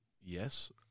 Yes